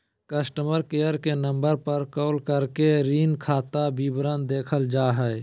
customer care के number पर call करके ऋण खाता विवरण देखल जा हय